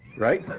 right?